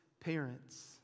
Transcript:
parents